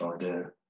idea